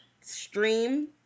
stream